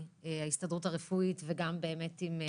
כן,